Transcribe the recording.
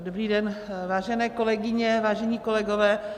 Dobrý den, vážené kolegyně, vážení kolegové.